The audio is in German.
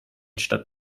statt